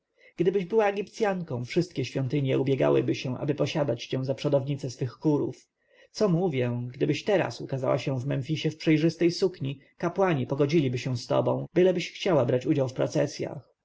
gdybyś była egipcjanką wszystkie świątynie ubiegałyby się aby posiadać cię za przodownicę swych chórów co mówię gdybyś teraz ukazała się w memfisie w przejrzystej sukni kapłani pogodziliby się z tobą byleś chciała brać udział w procesjach